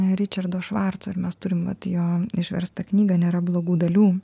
ričardo švarco ir mes turim vat jo išverstą knygą nėra blogų dalių